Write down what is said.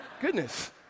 Goodness